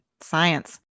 Science